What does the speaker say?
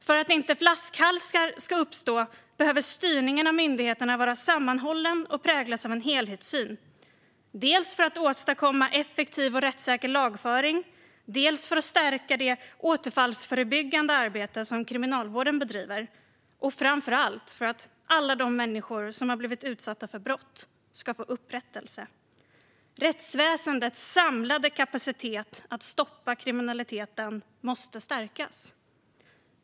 För att inte flaskhalsar ska uppstå behöver styrningen av myndigheterna vara sammanhållen och präglas av en helhetssyn, dels för att åstadkomma en effektiv och rättssäker lagföring, dels för att stärka det återfallsförebyggande arbete som Kriminalvården bedriver, men framför allt för att alla de människor som blivit utsatta för brott ska få upprättelse. Rättsväsendets samlade kapacitet att stoppa kriminaliteten måste stärkas.